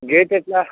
gate ఎట్లా